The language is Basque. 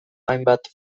hainbat